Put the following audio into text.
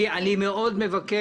אני רוצה לסיים במשפט,